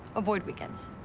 avoid weekends.